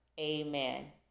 Amen